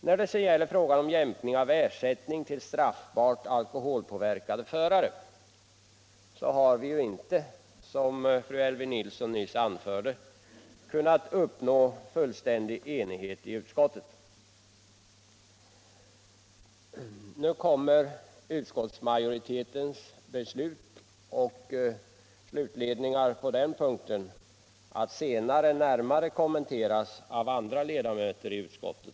När det så gäller frågan om jämkning av ersättning till straffbart alkoholpåverkade förare har vi inte, som fru Elvy Nilsson i Sunne nyss underströk, uppnått full enighet i utskottet, men utskottsmajoritetens beslut och slutledningar på den punkten kommer att närmare behandlas av andra ledamöter i utskottet.